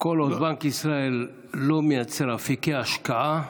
כל עוד בנק ישראל לא מייצר אפיקי השקעה,